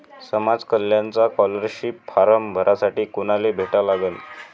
समाज कल्याणचा scholarship form भरासाठी कुनाले भेटा लागन?